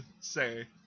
say